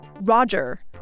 Roger